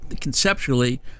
conceptually